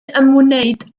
ymwneud